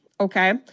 okay